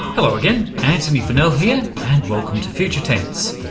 hello again, antony funnell here. and welcome to future tense.